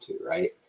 Right